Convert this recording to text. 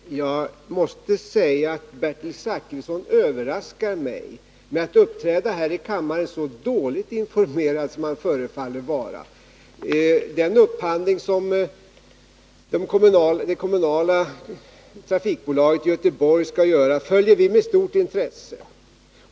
Fru talman! Jag måste säga att Bertil Zachrisson överraskar mig med att uppträda här i kammaren så dåligt informerad som han förefaller att vara. Den upphandling som det kommunala trafikbolaget i Göteborg skall göra följer vi med stort intresse.